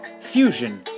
Fusion